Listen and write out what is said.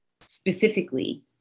specifically